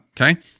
Okay